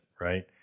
Right